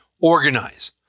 organize